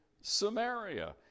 Samaria